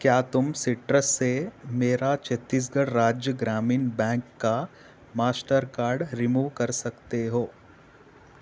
کیا تم سٹرس سے میرا چھتیس گڑھ راجیہ گرامین بینک کا ماسٹر کارڈ ریموو کر سکتے ہو